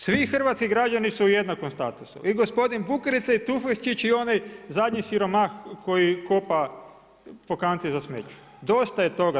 Svi građani su u jednakom statusu, i gospodin Bukarica i Tufekčić i onaj zadnji siromah koji kopa po kanti za smeće, dosta je toga.